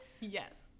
Yes